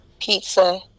pizza